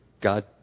God